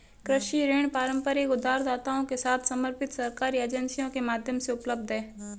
कृषि ऋण पारंपरिक उधारदाताओं के साथ समर्पित सरकारी एजेंसियों के माध्यम से उपलब्ध हैं